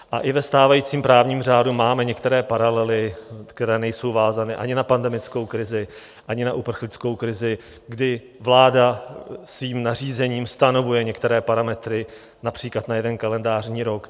A i ve stávajícím právním řádu máme některé paralely, které nejsou vázané ani na pandemickou krizi, ani na uprchlickou krizi, kdy vláda svým nařízením stanovuje některé parametry například na jeden kalendářní rok.